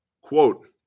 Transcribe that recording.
quote